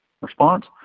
response